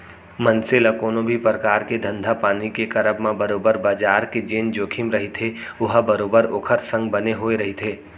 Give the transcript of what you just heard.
मनसे ल कोनो भी परकार के धंधापानी के करब म बरोबर बजार के जेन जोखिम रहिथे ओहा बरोबर ओखर संग बने होय रहिथे